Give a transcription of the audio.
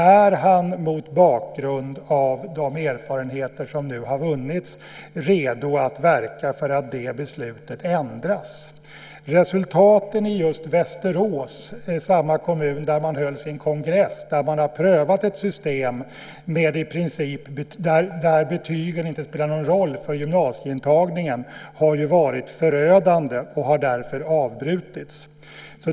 Är han mot bakgrund av de erfarenheter som nu har vunnits redo att verka för att det beslutet ändras? Resultaten just från Västerås - samma kommun där man höll sin kongress - där man prövat ett system där betygen inte spelar någon roll för gymnasieintagningen har varit förödande, och försöket har därför avbrutits.